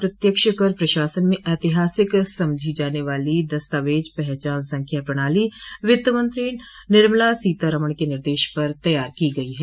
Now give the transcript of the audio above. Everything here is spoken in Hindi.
अप्रत्यक्ष कर प्रशासन में ऐतिहासिक समझी जाने वाली दस्तावेज पहचान संख्या प्रणाली वित्त मंत्री निर्मला सीतारमन के निर्देश पर तैयार की गई है